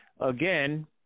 Again